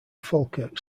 falkirk